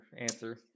answer